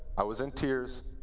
i was in tears,